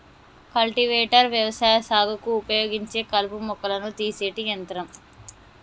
cultivator వ్యవసాయ సాగుకు ఉపయోగించే కలుపు మొక్కలను తీసేటి యంత్రం